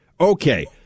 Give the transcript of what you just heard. Okay